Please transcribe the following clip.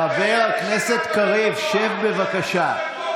חבר הכנסת קריב, חבר הכנסת קריב, שב, בבקשה.